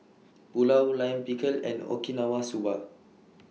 Pulao Lime Pickle and Okinawa Soba